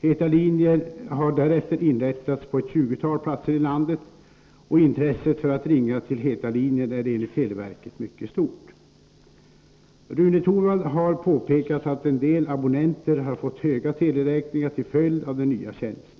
”Heta linjer” har därefter inrättats på ett tjugotal platser i landet, och intresset för att ringa till ”heta linjen” är enligt televerket mycket stort. Rune Torwald har påpekat att en del abonnenter har fått höga teleräkningar till följd av den nya tjänsten.